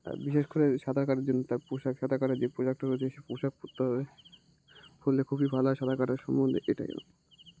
আর বিশেষ করে সাঁতার কাটার জন্য তার পোশাক সাঁতার কাটার যে পোশাকটা রয়েছে সে পোশাক পরতে হবে ফলে খুবই ভালো হয় সাঁতার কাটা সম্বন্ধে এটাই